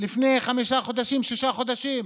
לפני חמישה חודשים, שישה חודשים,